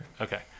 okay